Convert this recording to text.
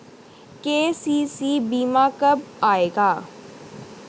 KCC बीमा कब आएगा?